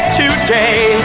today